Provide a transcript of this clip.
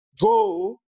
go